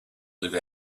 live